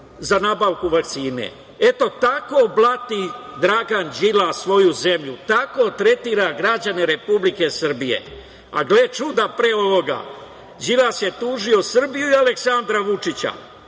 za nabavku vakcine. Eto, tako blati Dragan Đilas svoju zemlju, tako tretira građane Republike Srbije. A gle čuda, pre ovoga, Đilas je tužio Srbiju i Aleksandra Vučića,